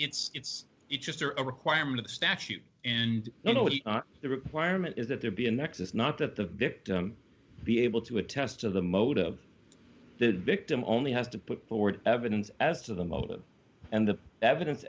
it's it's it's just a requirement of the statute and the requirement is that there be a nexus not that the victim be able to attest to the motive of the victim only has to put forward evidence as to the motive and the evidence